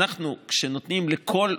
איך אתם לא תובעים את זה?